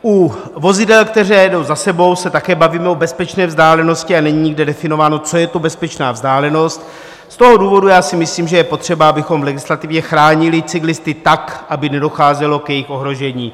U vozidel, která jedou za sebou, se také bavíme o bezpečné vzdálenosti a není nikde definováno, co je to bezpečná vzdálenost, z toho důvodu si myslím, že je potřeba, abychom legislativně chránili cyklisty tak, aby nedocházelo k jejich ohrožení.